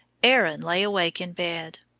erin lay awake in bed.